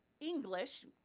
English